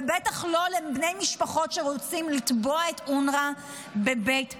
בטח לא לאותם בני משפחות שרוצים לתבוע את אונר"א בבית המשפט.